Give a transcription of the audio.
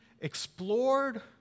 explored